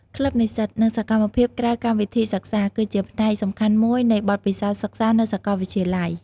ក្លឹបនិស្សិត និងសកម្មភាពក្រៅកម្មវិធីសិក្សា គឺជាផ្នែកសំខាន់មួយនៃបទពិសោធន៍សិក្សានៅសាកលវិទ្យាល័យ។